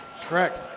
Correct